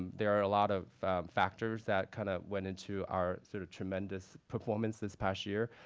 there are a lot of factors that kind of went into our sort of tremendous performance this past year.